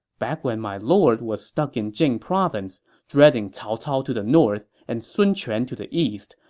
back when my lord was stuck in jing province, dreading cao cao to the north and sun quan to the east,